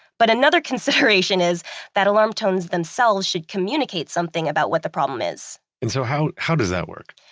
but another consideration is that alarm tones themselves should communicate something about what the problem is and so how how does that work?